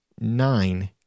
nine